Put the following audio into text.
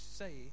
say